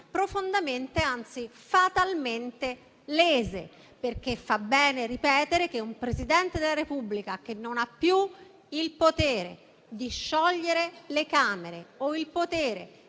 profondamente, anzi fatalmente lesi. Fa bene ripetere che un Presidente della Repubblica che non ha più il potere di sciogliere le Camere o di indicare